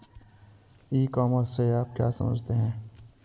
E commerce से आप क्या समझते हैं?